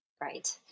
Right